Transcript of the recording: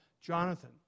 Jonathan